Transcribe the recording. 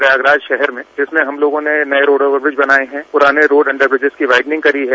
प्रयागराज शहर में जिसमें हम लोगों ने नये रोड़ ओवर ब्रिज बनाये हैं पुराने रोड अण्डर ब्रिजेज की बाइंडनिंग करी है